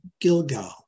Gilgal